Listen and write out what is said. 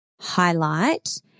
highlight